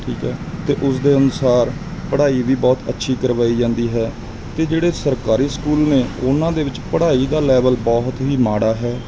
ਠੀਕ ਆ ਅਤੇ ਉਸਦੇ ਅਨੁਸਾਰ ਪੜ੍ਹਾਈ ਵੀ ਬਹੁਤ ਅੱਛੀ ਕਰਵਾਈ ਜਾਂਦੀ ਹੈ ਅਤੇ ਜਿਹੜੇ ਸਰਕਾਰੀ ਸਕੂਲ ਨੇ ਉਹਨਾਂ ਦੇ ਵਿੱਚ ਪੜ੍ਹਾਈ ਦਾ ਲੈਵਲ ਬਹੁਤ ਹੀ ਮਾੜਾ ਹੈ